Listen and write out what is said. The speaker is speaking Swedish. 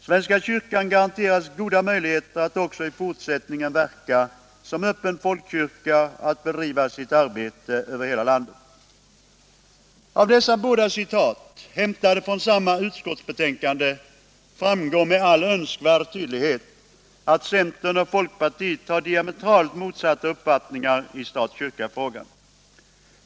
Svenska kyrkan garanteras goda möjligheter att också i fortsättningen verka som öppen folkkyrka och att bedriva sitt arbete över hela landet.” Av dessa båda citat, hämtade från samma utskottsbetänkande, framgår med all önskvärd tydlighet att centern och folkpartiet har diametralt motsatta uppfattningar i stat-kyrka-frågan.